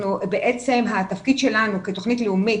התפקיד שלנו, כתוכנית לאומית